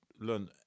learn